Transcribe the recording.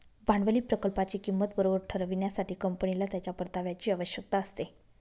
भांडवली प्रकल्पाची किंमत बरोबर ठरविण्यासाठी, कंपनीला त्याच्या परताव्याची आवश्यकता असते